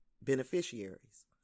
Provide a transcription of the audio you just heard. beneficiaries